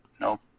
Nope